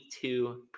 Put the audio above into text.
two